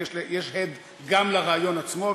ויש הד גם לרעיון עצמו,